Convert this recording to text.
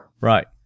Right